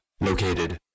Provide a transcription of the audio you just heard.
located